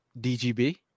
DGB